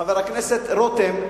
חבר הכנסת רותם,